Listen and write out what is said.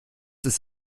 ist